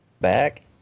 back